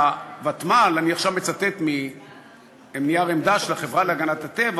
"לוותמ"ל" אני עכשיו מצטט מנייר עמדה של החברה להגנת הטבע,